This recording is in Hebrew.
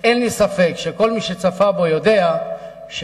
שאין לי ספק שכל מי שצפה בו יודע שסוף-סוף,